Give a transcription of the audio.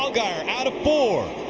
allgaier out of four.